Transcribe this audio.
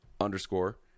underscore